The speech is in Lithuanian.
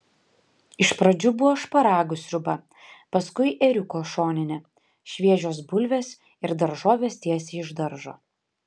iš pradžių buvo šparagų sriuba paskui ėriuko šoninė šviežios bulvės ir daržovės tiesiai iš daržo